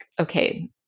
okay